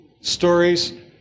stories